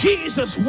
Jesus